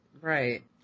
Right